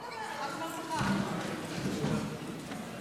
ואנחנו חייבים להיות ממוקדים בניצחון,